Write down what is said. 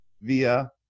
via